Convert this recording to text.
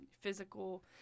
physical